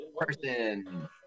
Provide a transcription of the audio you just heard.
Person